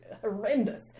horrendous